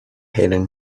hidden